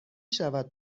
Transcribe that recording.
شود